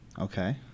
Okay